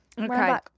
Okay